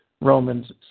Romans